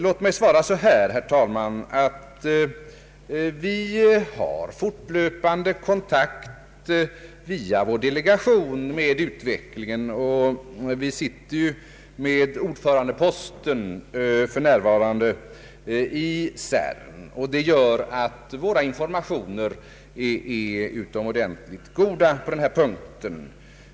Låt mig, herr talman, svara att vi håller fortlöpande kontakt med utvecklingen via vår delegation. Vi har länge innehaft ordförandeposten i CERN, vilket gör att vi är utomordentligt väl informerade på denna punkt.